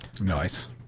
Nice